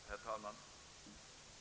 Herr talman!